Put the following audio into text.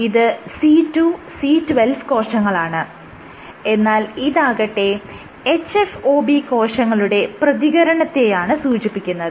ഇത് C2C12 കോശങ്ങളാണ് എന്നാൽ ഇതാകട്ടെ hFOB കോശങ്ങളുടെ പ്രതികരണത്തെയാണ് സൂചിപ്പിക്കുന്നത്